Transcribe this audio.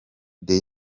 the